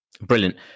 Brilliant